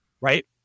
Right